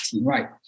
right